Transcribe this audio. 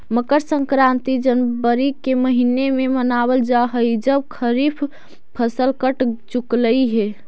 मकर संक्रांति जनवरी के महीने में मनावल जा हई जब खरीफ फसल कट चुकलई हे